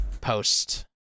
post